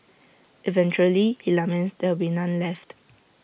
eventually he laments there will be none left